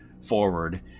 forward